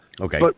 Okay